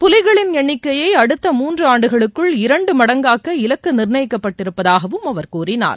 புலிகளின் எண்ணிக்கையை அடுத்த மூன்று ஆண்டுகளுக்குள் இரண்டு மடங்கு ஆக்க இலக்கு நிர்ணயிக்கப் பட்டிருப்பதாகவும் அவர் கூறினார்